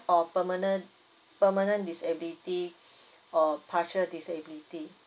or permanent permanent disability or partial disability